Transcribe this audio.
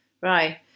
Right